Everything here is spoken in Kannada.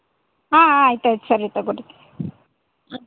ಹಾಂ ಹಾಂ ಆಯ್ತು ಆಯ್ತು ಸರಿ ತಗೋ ರೀ